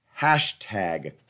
Hashtag